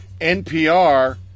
NPR